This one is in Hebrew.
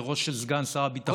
עירו של סגן שר הביטחון,